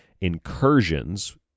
incursions